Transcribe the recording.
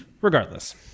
Regardless